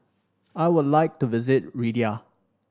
I would like to visit Riyadh